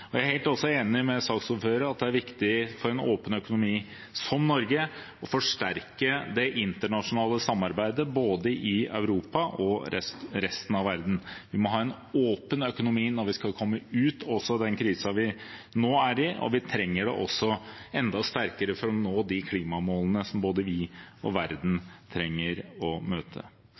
Jeg er også helt enig med saksordføreren i at det er viktig for en åpen økonomi som Norge å forsterke det internasjonale samarbeidet, både i Europa og i resten av verden. Vi må ha en åpen økonomi også når vi skal komme ut av den krisen vi nå er i, og vi trenger det enda sterkere for å nå de klimamålene som både vi og verden trenger å møte.